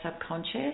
subconscious